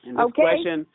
Okay